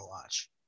watch